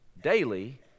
daily